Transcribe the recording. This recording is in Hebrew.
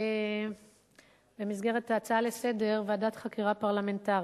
במסגרת ההצעה לסדר-היום, ועדת חקירה פרלמנטרית.